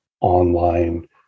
online